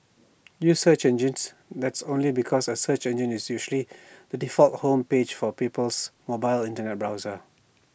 use search engines that's only because A search engine is usually the default home page for people's mobile Internet browser